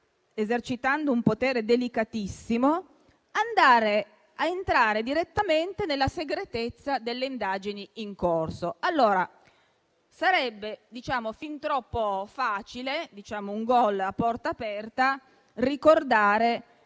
esercitando un potere delicatissimo, entrare direttamente nella segretezza delle indagini in corso. Sarebbe fin troppo facile - un gol a porta aperta - ricordare